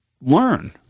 learn